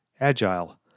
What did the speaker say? agile